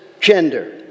gender